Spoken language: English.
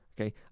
okay